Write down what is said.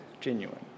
genuine